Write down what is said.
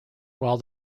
while